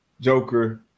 Joker